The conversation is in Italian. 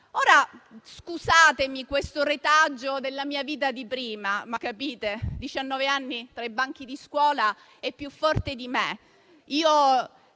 Scusate questo retaggio della mia vita di prima, ma dopo diciannove anni tra i banchi di scuola è più forte di me.